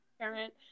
parent